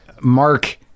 Mark